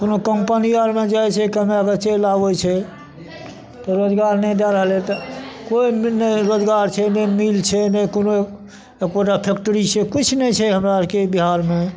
कोनो कम्पनी आरमे जाइ छै कमएके चैल आबै छै तऽ रोजगार नहि दऽ रहलै तऽ कोइ मिल नहि रोजगार छै नहि मिलै छै नहि कोनो एकोटा फैक्टरी छै किछु नहि छै हमरा आरके बिहारमे